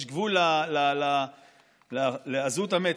יש גבול לעזות המצח.